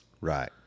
Right